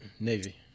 Navy